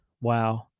wow